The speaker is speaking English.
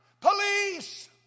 police